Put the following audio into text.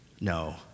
No